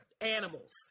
animals